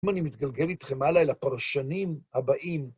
אני מתגלגל איתכם הלאה אל הפרשנים הבאים.